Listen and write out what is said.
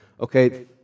okay